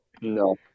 No